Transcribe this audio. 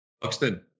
Buxton